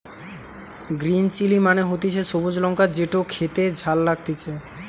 green chilli মানে হতিছে সবুজ লঙ্কা যেটো খেতে ঝাল লাগতিছে